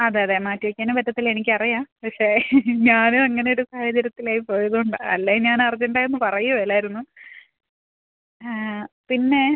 അതെ അതെ മാറ്റി വെയ്ക്കാനും പറ്റത്തില്ല എനിക്കറിയാം പക്ഷേ ഞാനും അങ്ങനെ ഒരു സാഹചര്യത്തിലായി പോയത് കൊണ്ടാണ് അല്ലേൽ ഞാൻ അർജന്റ് ആയി ഒന്നും പറയുവേലായിരുന്നു പിന്നെ